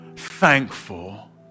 thankful